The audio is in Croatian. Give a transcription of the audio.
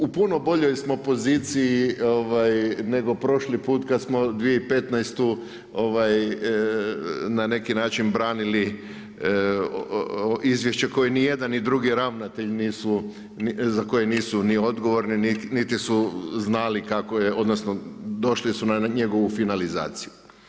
U puno boljoj smo poziciji, nego prošli put, kad smo 2015. na neki način branili izvješće, koji ni jedan ni drugi ravnatelj, za koji nisu odgovorni, niti su znali kako je, odnosno, došli su na njegovu finalizaciju.